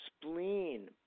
spleen